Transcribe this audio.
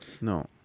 No